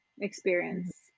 experience